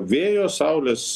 vėjo saulės